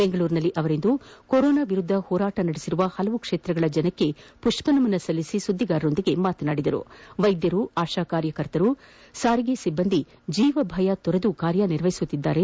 ಬೆಂಗಳೂರಿನಲ್ಲಿಂದು ಕೊರೋನಾ ವಿರುದ್ದ ಹೋರಾಟನಡೆಸಿರುವ ಪಲವು ಕ್ಷೇತ್ರಗಳ ಜನರಿಗೆ ಮಷ್ಷನಮನ ಸಲ್ಲಿಸಿ ಸುದ್ಲಿಗಾರರೊಂದಿಗೆ ಮಾತನಾಡಿದ ಆವರು ವೈದ್ಯರುಆಶಾ ಕಾರ್ಯಕರ್ತೆಯರು ಸಾರಿಗೆ ಸಿಬ್ಬಂದಿ ಜೀವ ಭಯ ತೊರೆದು ಕಾರ್ಯ ನಿರ್ವಹಿಸುತ್ತಿದ್ದಾರೆ